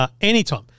anytime